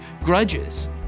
grudges